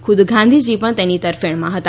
ખુદ ગાંધીજી પણ તેની તરફેણમાં હતા